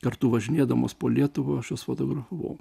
kartu važinėdamas po lietuvą aš juos fotografavau